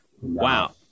Wow